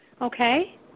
okay